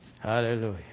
Hallelujah